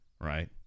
right